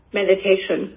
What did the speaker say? meditation